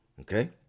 Okay